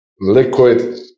liquid